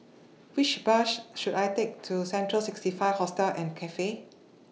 Which Bus should I Take to Central sixty five Hostel and Cafe